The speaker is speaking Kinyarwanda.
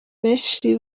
benshi